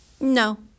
No